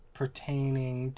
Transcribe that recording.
pertaining